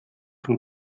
von